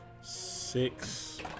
six